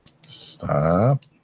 Stop